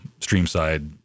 streamside